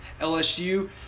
LSU